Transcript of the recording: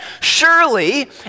Surely